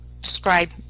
describe